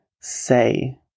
say